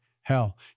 Hell